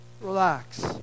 Relax